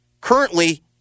currently